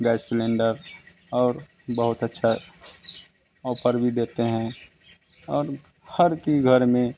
gas cylinder और और बहुत अच्छा ऑफ़र भी देते हैं और हर कि घर में